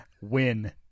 Win